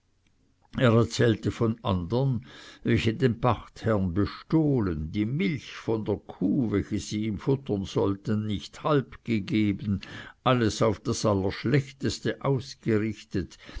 er erzählte von andern welche den pachtherren bestohlen die milch von der kuh welche sie ihm futtern sollten nicht halb gegeben alles auf das allerschlechteste ausgerichtet